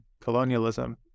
colonialism